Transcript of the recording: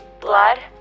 Blood